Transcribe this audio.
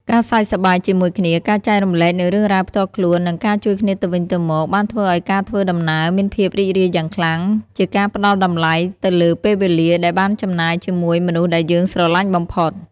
ការសើចសប្បាយជាមួយគ្នា ការចែករំលែកនូវរឿងរ៉ាវផ្ទាល់ខ្លួន និងការជួយគ្នាទៅវិញទៅមកបានធ្វើឱ្យការធ្វើដំណើរមានភាពរីករាយយ៉ាងខ្លាំង ជាការផ្តល់តម្លៃទៅលើពេលវេលាដែលបានចំណាយជាមួយមនុស្សដែលយើងស្រឡាញ់បំផុត។